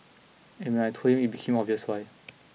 and when I told him it became obvious why